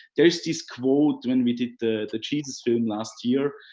there is this quote when we did the the jesus film last year.